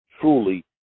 truly